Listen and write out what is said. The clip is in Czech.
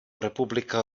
republika